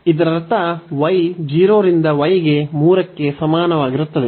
ಇದರರ್ಥ y 0 ರಿಂದ y ಗೆ 3 ಕ್ಕೆ ಸಮಾನವಾಗಿರುತ್ತದೆ